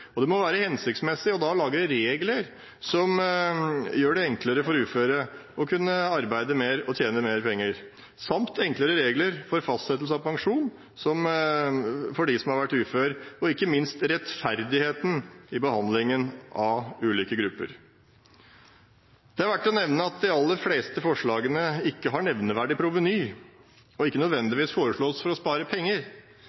viktig. Da må det være hensiktsmessig å lage regler som gjør det enklere for uføre å kunne arbeide mer og tjene mer penger. I tillegg må man lage enklere regler for fastsettelse av pensjon for dem som har vært uføre, og det må ikke minst være rettferdighet i behandlingen av ulike grupper. Det er verd å nevne at de aller fleste forslagene ikke har nevneverdig proveny, og at de ikke